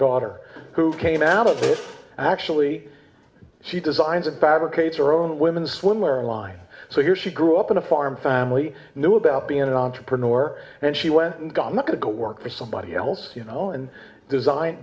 daughter who came out of it actually she designs and fabricate her own women's swimwear line so here she grew up in a farm family knew about being an entrepreneur and she went and got to go work for somebody else you know and design